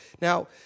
Now